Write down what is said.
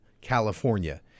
California